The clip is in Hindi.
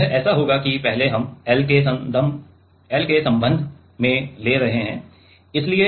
तो यह ऐसा होगा जैसे कि पहले हम L के संबंध में ले रहे हैं